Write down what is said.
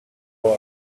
for